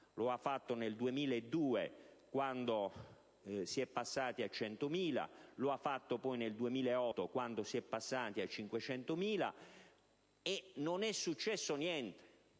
Lo ha già fatto nel 2002, quando si è passati a 100.000 euro, l'ha fatto nel 2008, quando si è passati a 500.000. E non è mai successo niente!